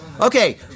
Okay